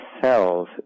cells